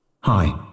Hi